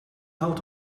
out